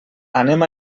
anem